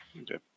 Okay